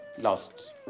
lost